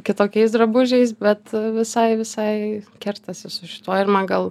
kitokiais drabužiais bet visai visai kertasi su šituo ir man gal